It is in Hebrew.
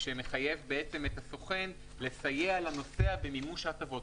שמחייב את הסוכן לסייע לנוסע במימוש ההטבות.